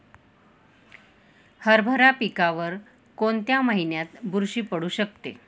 हरभरा पिकावर कोणत्या महिन्यात बुरशी पडू शकते?